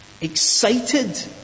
excited